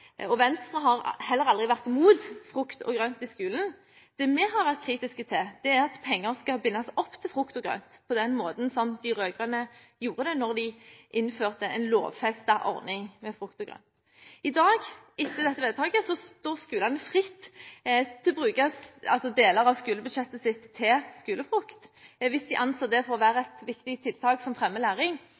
generelt. Venstre har heller aldri vært imot frukt og grønt i skolen. Det vi har vært kritiske til, er at penger skal bindes opp til frukt og grønt på den måten som de rød-grønne gjorde det da de innførte en lovfestet ordning med frukt og grønt. I dag, etter dette vedtaket, står skolene fritt til å bruke deler av skolebudsjettet sitt til skolefrukt, hvis de anser det for å være et viktig tiltak som fremmer læring.